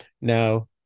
Now